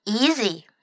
easy